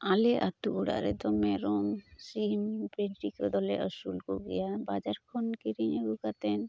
ᱟᱞᱮ ᱟᱹᱛᱩ ᱚᱲᱟᱜ ᱨᱮᱫᱚ ᱢᱮᱨᱚᱢ ᱥᱤᱢ ᱵᱷᱤᱰᱤ ᱠᱚᱫᱚ ᱞᱮ ᱟᱹᱥᱩᱞ ᱠᱚᱜᱮᱭᱟ ᱵᱟᱡᱟᱨ ᱠᱷᱚᱱ ᱠᱤᱨᱤᱧ ᱟᱹᱜᱩ ᱠᱟᱛᱮᱱ